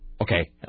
Okay